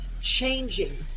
changing